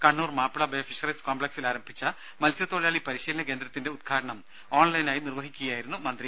Kannur Mappila bay fisheries കോംപ്ലക്സിൽ ആരംഭിച്ച മത്സ്യത്തൊഴിലാളി പരിശീലന കേന്ദ്രത്തിന്റെ ഉദ്ഘാടനം ഓൺലൈനായി നിർവഹിക്കുകയായിരുന്നു മന്ത്രി